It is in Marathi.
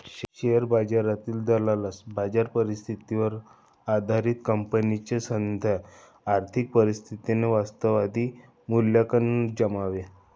शेअर बाजारातील दलालास बाजार परिस्थितीवर आधारित कंपनीच्या सद्य आर्थिक परिस्थितीचे वास्तववादी मूल्यांकन जमावे